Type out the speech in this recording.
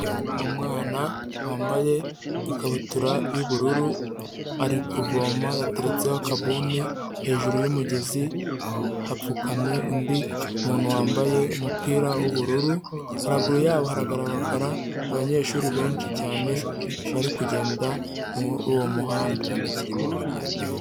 Umwana wambaye ikabutura y'ubururu ari kuvoma yateretseho akabuni, hejuru y'umugezi hapfukamye undi muntu wambaye umupira w'ubururu, haruguru yabo haragaragara abanyeshuri benshi cyane bari kugenda muri uwo muhanda.